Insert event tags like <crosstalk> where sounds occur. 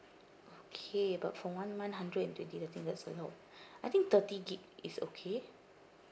okay but for one month hundred and twenty I think that's a lot <breath> I think thirty gig is okay